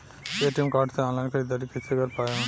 ATM card से online ख़रीदारी कइसे कर पाएम?